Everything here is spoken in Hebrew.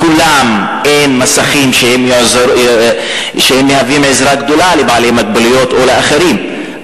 לכולם אין מסכים שמהווים עזרה גדולה לבעלי מוגבלות או לאחרים,